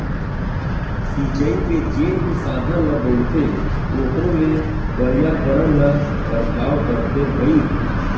सिचई के जेन भी साधन ल बउरथे ओखरो ले परयाबरन ल परभाव परथे भईर